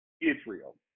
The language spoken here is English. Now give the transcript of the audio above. Israel